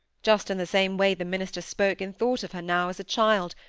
just in the same way the minister spoke and thought of her now, as a child,